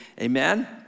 Amen